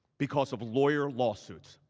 because of lawyer lawsuits.